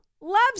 loves